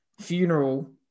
funeral